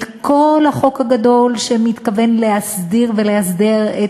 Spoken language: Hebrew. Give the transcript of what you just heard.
את כל החוק הגדול שמתכוון להסדיר ולאסדר את